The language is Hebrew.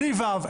בלי ו"ו.